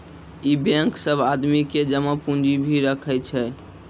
इ बेंक सब आदमी के जमा पुन्जी भी राखै छै